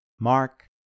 mark